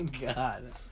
God